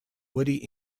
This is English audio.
woody